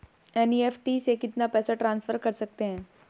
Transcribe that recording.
NEFT से कितना पैसा ट्रांसफर कर सकते हैं?